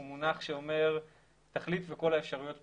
הוא מונח שאומר תחליט וכל האפשרויות פתוחות.